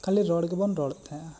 ᱠᱷᱟᱞᱤ ᱨᱚᱲ ᱜᱮᱵᱚᱱ ᱨᱚᱲ ᱛᱟᱦᱮᱸᱜᱼᱟ